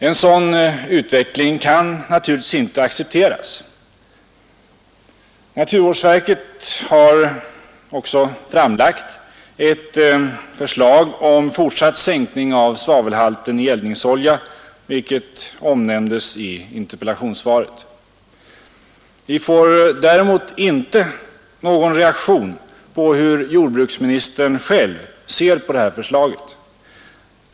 En sådan utveckling kan naturligtvis inte accepteras. Naturvårdsverket har också framlagt ett förslag om fortsatt sänkning av svavelhalten i eldningsolja, vilket omnämns i interpellationssvaret. Vi får däremot inte någon reaktion på hur jordbruksministern själv ser på förslaget.